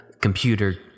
computer